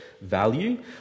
value